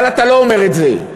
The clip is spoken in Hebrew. אבל אתה לא אומר את זה.